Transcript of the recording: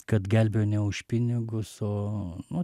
kad gelbėjo ne už pinigus o nu